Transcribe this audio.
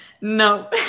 no